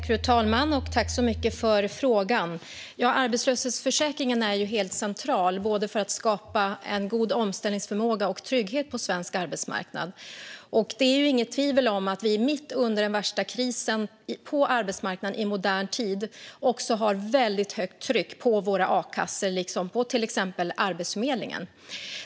Fru talman! Tack, Dennis Dioukarev, för frågan! Arbetslöshetsförsäkringen är ju helt central för att skapa god omställningsförmåga och trygghet på svensk arbetsmarknad. Det råder inget tvivel om att vi mitt under den värsta krisen på arbetsmarknaden i modern tid också har väldigt högt tryck på våra a-kassor liksom på till exempel Arbetsförmedlingen.